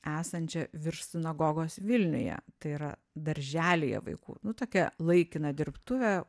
esančią virš sinagogos vilniuje tai yra darželyje vaikų nu tokia laikina dirbtuvė